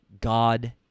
God